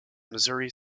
missouri